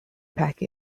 pack